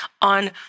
on